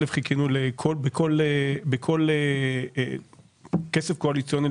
בכל כסף קואליציוני,